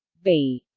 b.